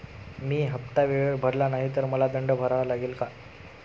मी हफ्ता वेळेवर भरला नाही तर मला दंड भरावा लागेल का?